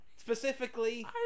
Specifically